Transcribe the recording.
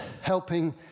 helping